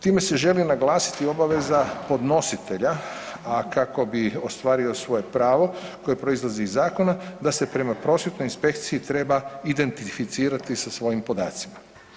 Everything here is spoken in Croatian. Time se želi naglasiti obaveza podnositelja, a kako bi ostvario svoje pravo koje proizlazi iz zakona da se prema prosvjetnoj inspekciji treba identificirati sa svojim podacima.